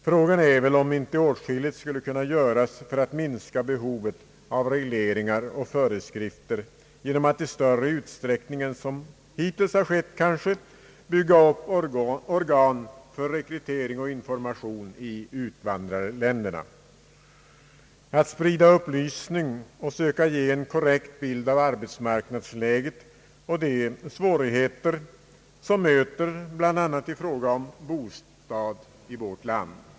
Frågan är om inte åtskilligt skulle kunna göras för att minska behovet av regleringar och föreskrifter genom att i större utsträckning än hitills bygga upp organ för rekrytering och information i utvandrarländerna, för att sprida upplysning och söka ge en korrekt bild av arbetsmarknadsläget och de svårigheter som möter bl.a. i fråga om bostad i vårt land.